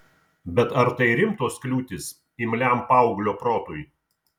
bet ar tai rimtos kliūtys imliam paauglio protui